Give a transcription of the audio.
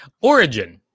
Origin